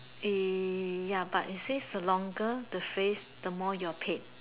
ya but it says the longer the phrase the more you're paid